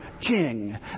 king